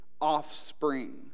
offspring